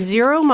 Zero